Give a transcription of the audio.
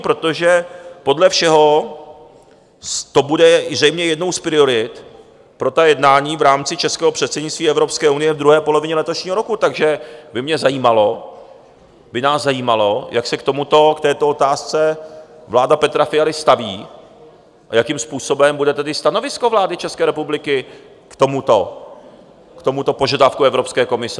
Protože podle všeho to bude zřejmě jednou z priorit pro jednání v rámci českého předsednictví Evropské unie v druhé polovině letošního roku, takže by mě zajímalo, by nás zajímalo, jak se k tomuto, k této otázce vláda Petra Fialy staví a jakým způsobem bude tedy stanovisko vlády České republiky k tomuto požadavku Evropské komise?